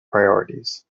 priorities